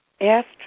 asked